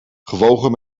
gewogen